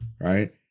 right